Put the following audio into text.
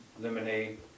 lemonade